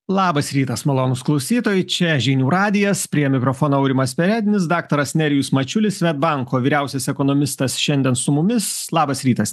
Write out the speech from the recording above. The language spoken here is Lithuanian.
labas rytas malonūs klausytojai čia žinių radijas prie mikrofono aurimas perednis daktaras nerijus mačiulis sved banko vyriausias ekonomistas šiandien su mumis labas rytas